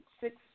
six